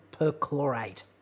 perchlorate